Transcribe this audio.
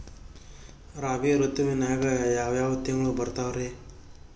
ರಾಬಿ ಋತುವಿನಾಗ ಯಾವ್ ಯಾವ್ ತಿಂಗಳು ಬರ್ತಾವ್ ರೇ?